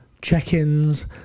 check-ins